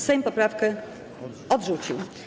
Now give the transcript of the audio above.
Sejm poprawkę odrzucił.